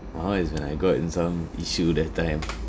my [one] is when I got in some issue that time